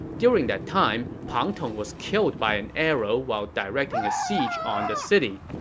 during that time, pang tong was killed by an arrow while directing a siege on the city.